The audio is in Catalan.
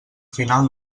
final